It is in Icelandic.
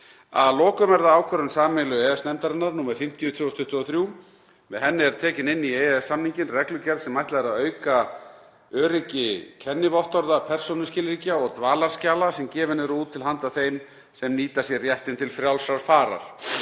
Að lokum er það ákvörðun sameiginlegu EES-nefndarinnar nr. 50/2023. Með henni er tekin inn í EES-samninginn reglugerð sem ætlað er að auka öryggi kennivottorða, persónuskilríkja og dvalarskjala sem gefin eru út til handa þeim sem nýta sér réttinn til frjálsrar farar.